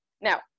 Now